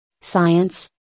science